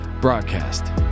broadcast